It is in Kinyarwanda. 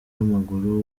w’amaguru